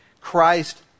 Christ